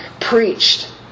preached